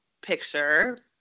picture